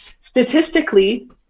statistically